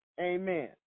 Amen